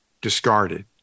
discarded